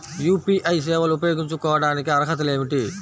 UPI సేవలు ఉపయోగించుకోటానికి అర్హతలు ఏమిటీ?